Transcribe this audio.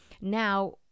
now